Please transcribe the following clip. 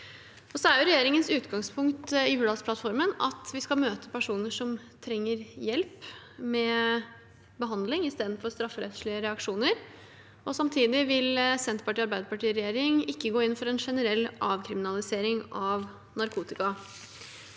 Regjeringens utgangspunkt i Hurdalsplattformen er at vi skal møte personer som trenger hjelp, med behandling istedenfor strafferettslige reaksjoner, og samtidig vil Senterpartiet–Arbeiderparti-regjeringen ikke gå inn for en generell avkriminalisering av narkotika.